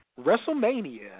WrestleMania